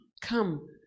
come